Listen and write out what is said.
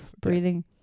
Breathing